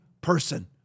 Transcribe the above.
person